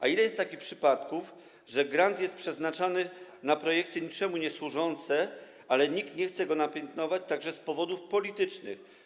A ile jest takich przypadków, że grant jest przeznaczany na projekty niczemu niesłużące, ale nikt nie chce go napiętnować także z powodów politycznych.